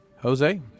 jose